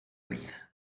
vida